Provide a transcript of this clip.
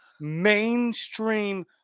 mainstream